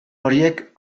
horiek